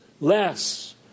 less